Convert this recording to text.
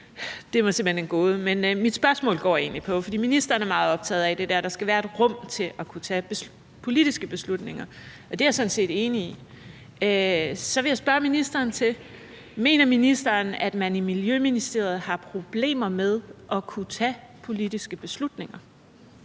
er mig simpelt hen en gåde. Men ministeren er meget optaget af, at der skal være et rum til at kunne tage politiske beslutninger, og det er jeg sådan set enig i. Så mit spørgsmål er: Mener ministeren, at man i Miljøministeriet har problemer med at kunne tage politiske beslutninger?